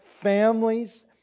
families